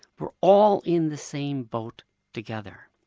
we're all in the same boat together.